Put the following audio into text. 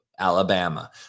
Alabama